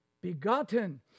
Begotten